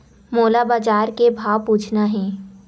मोला बजार के भाव पूछना हे?